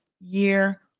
year